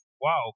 Wow